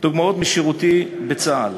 דוגמאות משירותי בצה"ל.